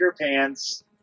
pants